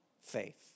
faith